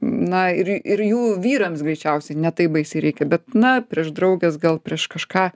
na ir ir jų vyrams greičiausiai ne taip baisiai reikia bet na prieš drauges gal prieš kažką